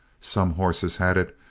some horses had it,